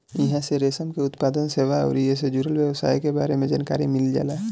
इहां से रेशम के उत्पादन, सेवा अउरी एसे जुड़ल व्यवसाय के बारे में जानकारी मिल जाला